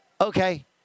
okay